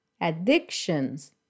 addictions